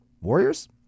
Warriors